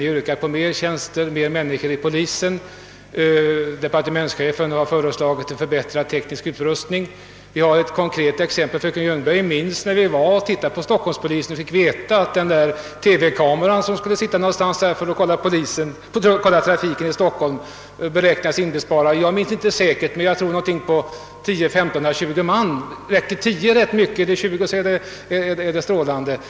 Ni yrkar på mer tjänster, mer människor vid polisen. Departementschefen har föreslagit förbättrad teknisk utrustning. Vi har ett konkret exempel. Fröken Ljungberg minns när vi besökte stockholmspolisen och fick veta att en TV-kamera, som skulle kontrollera trafiken i Stockholm, beräknades inbespara 10—20 man. Om man spar in 10 är det rätt mycket, spar man 20 är det strålande.